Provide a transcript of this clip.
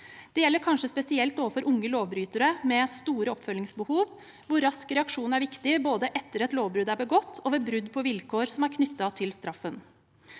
Det gjelder kanskje spesielt overfor unge lovbrytere med store oppfølgingsbehov, hvor rask reaksjon er viktig, både etter at et lovbrudd er begått, og ved brudd på vilkår som er knyttet til straffen.